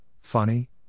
funny